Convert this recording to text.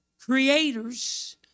creators